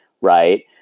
right